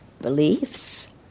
beliefs